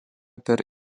per